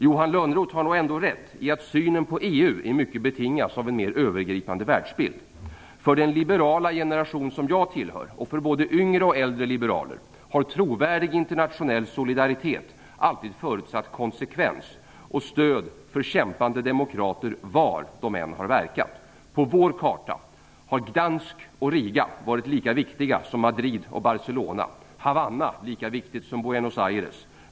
Johan Lönnroth har nog ändå rätt i att synen på EU i mycket betingas av en mer övergripande världsbild. För den liberala generation som jag tillhör, och för både yngre och äldre liberaler, har en trovärdig internationell solidaritet alltid förutsatt konsekvens och stöd för kämpande demokrater var de än har verkat. På vår karta har Gdansk och Riga varit lika viktiga som Madrid och Barcelona. Havanna lika viktigt som Buenos Aires.